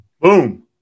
Boom